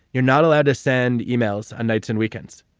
you're not allowed to send emails on nights and weekends.